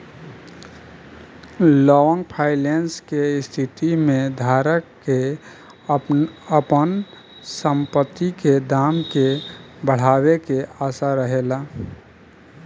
long finance के स्थिति में धारक के आपन संपत्ति के दाम के बढ़ावे के आशा रहेला